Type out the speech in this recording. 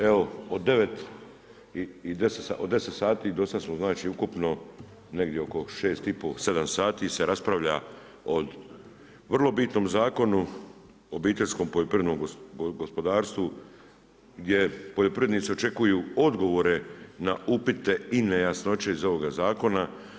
Evo od 10 sati do sada smo znači ukupno negdje oko 6,5, 7 sati se raspravlja o vrlo bitnom Zakonu o obiteljskom poljoprivrednom gospodarstvu gdje poljoprivrednici očekuju odgovore na upite i nejasnoće iz ovoga zakona.